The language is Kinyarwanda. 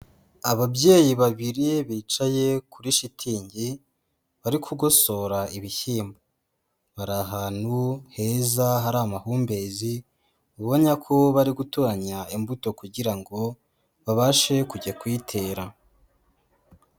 Ababyeyi babiri bicaye kuri shitingi, bari kugosora ibishyimbo. Bari ahantu heza hari amahumbezi ubona ko bari gutoranya imbuto kugira ngo babashe kujya kuyitera.